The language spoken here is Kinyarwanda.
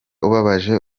ubabaje